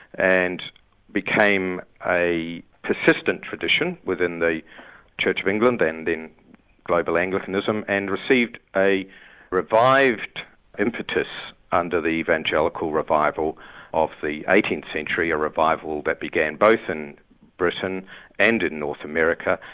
and became a persistent tradition within the church of england and in global anglicanism and received a revived impetus under the evangelical revival of the eighteenth century, a revival that began both in britain and in north america,